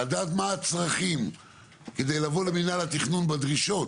לדעת מה הצרכים כדי לבוא למינהל התכנון בדרישות